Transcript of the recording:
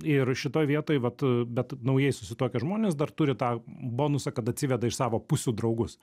ir šitoj vietoj vat bet naujai susituokę žmonės dar turi tą bonusą kad atsiveda iš savo pusių draugus